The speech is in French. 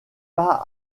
pas